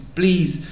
please